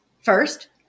First